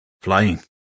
Flying